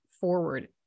forward